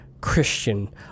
Christian